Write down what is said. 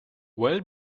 well